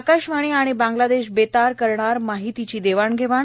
आकाशवाणी आणि बांग्लादेश बेतार करणार माहितीची देवाण घेवाण